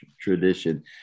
Tradition